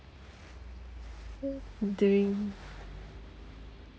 during